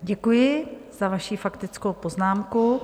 Děkuji za vaši faktickou poznámku.